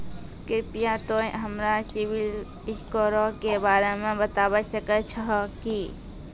कृपया तोंय हमरा सिविल स्कोरो के बारे मे बताबै सकै छहो कि?